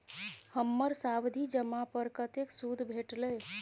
हमर सावधि जमा पर कतेक सूद भेटलै?